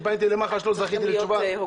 אני פניתי למח"ש ולא זכיתי לתשובה.